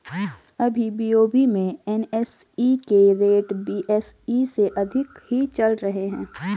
अभी बी.ओ.बी में एन.एस.ई के रेट बी.एस.ई से अधिक ही चल रहे हैं